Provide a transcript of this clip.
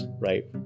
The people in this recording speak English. right